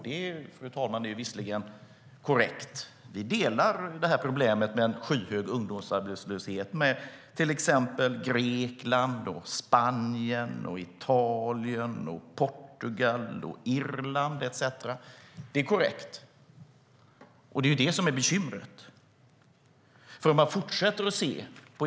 Det är korrekt, vi delar problemet med en skyhög ungdomsarbetslöshet med till exempel Grekland, Spanien, Italien, Portugal, Irland etcetera. Det är det som är bekymret.